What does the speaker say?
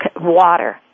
water